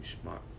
smart